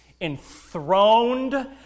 enthroned